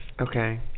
Okay